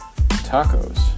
Tacos